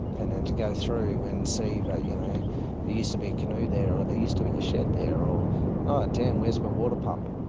and then to go through and see that you know there used to be a canoe there or there used to be a shed there or oh damn where's my water pump.